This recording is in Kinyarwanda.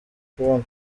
kubona